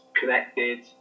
connected